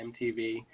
MTV